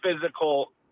physical